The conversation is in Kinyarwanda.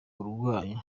burwayi